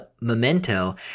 Memento